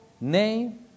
name